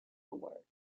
award